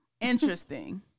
Interesting